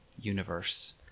universe